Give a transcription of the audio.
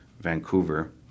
Vancouver